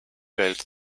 welt